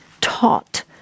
taught